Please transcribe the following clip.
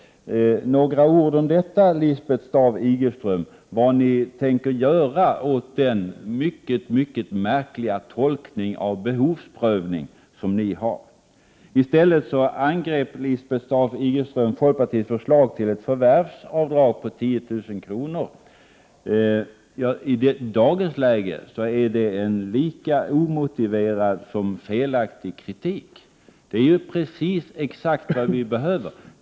Varför inte säga några ord, Lisbeth Staaf-Igelström, om vad ni tänker göra åt den mycket märkliga tolkning av behovsprövningen som ni gör? I stället angrep Lisbeth Staaf-Igelström folkpartiets förslag om ett förvärvsavdrag på 10 000 kr. I dagens läge är det en lika omotiverad som felaktig kritik. Det är precis ett sådant förslag som behövs.